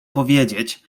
powiedzieć